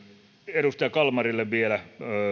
edustaja kalmarille vielä